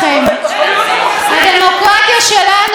היא תוססת, היא נהדרת.